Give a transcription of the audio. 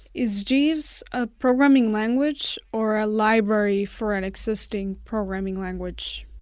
is jeeves a programming language or a library for an existing programming language?